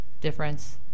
difference